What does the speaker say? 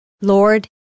Lord